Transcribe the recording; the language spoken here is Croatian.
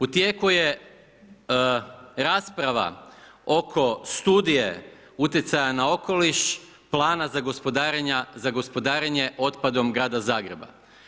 U tijeku je rasprava oko studije utjecaja na okoliš, plana za gospodarenje otpadom grada Zagreba.